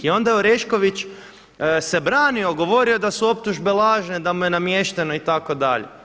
I onda je Orešković se branio, govorio je da su optužbe lažne, da mu je namješteno itd.